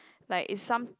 like is some